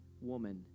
woman